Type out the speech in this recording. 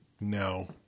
no